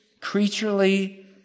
creaturely